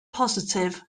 positif